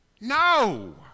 No